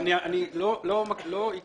הרצון שלהן יהיה